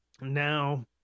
Now